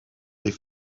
est